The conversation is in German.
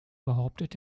behauptet